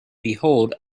behold